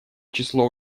число